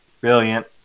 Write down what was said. brilliant